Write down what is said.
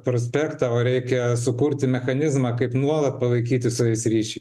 prospektą o reikia sukurti mechanizmą kaip nuolat palaikyti su jais ryšį